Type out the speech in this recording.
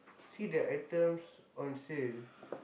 see the items on sale